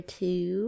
two